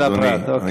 אדוני,